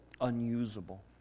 Unusable